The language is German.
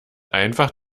einfach